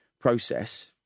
process